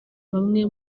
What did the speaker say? bamwe